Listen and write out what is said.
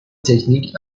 تکنیک